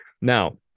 Now